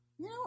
No